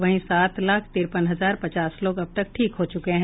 वहीं सात लाख तिरपन हजार पचास लोग अब तक ठीक हो चुके हैं